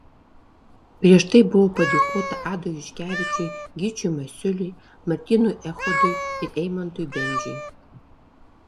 prieš tai buvo padėkota adui juškevičiui gyčiui masiuliui martynui echodui ir eimantui bendžiui